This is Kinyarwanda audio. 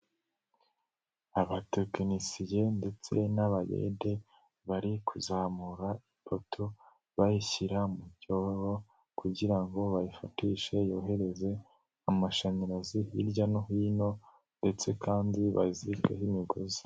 Abatekinisiye ndetse n'abayede bari kuzamura ipoto, bayishyira mu cyobo kugira ngo bayifatishe yohereze amashanyarazi hirya no hino ndetse kandi bazirikeho imigozi.